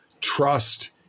trust